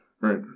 Right